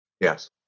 yes